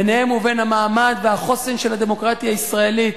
ביניהן ובין המעמד והחוסן של הדמוקרטיה הישראלית?